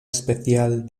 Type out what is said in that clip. especial